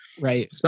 Right